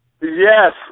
Yes